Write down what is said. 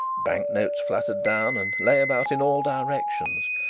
bank-notes fluttered down and lay about in all directions,